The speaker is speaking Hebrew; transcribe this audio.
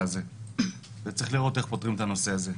הזה וצריך לראות איך פותרים את הנושא הזה.